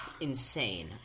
insane